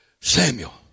Samuel